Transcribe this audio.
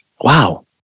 wow